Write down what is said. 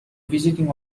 visiting